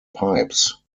pipes